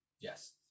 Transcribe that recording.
Yes